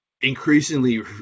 increasingly